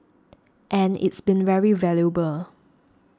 and it's been very valuable